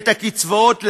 את הקצבאות לאברכים,